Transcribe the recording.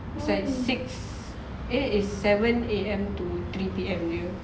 like six eh seven A_M to three P_M jer